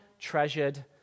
treasured